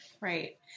Right